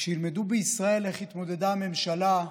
וכשילמדו בישראל איך התמודדה הממשלה,